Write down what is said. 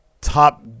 Top